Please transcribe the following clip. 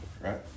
right